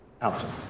Allison